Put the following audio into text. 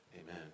Amen